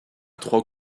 trois